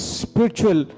spiritual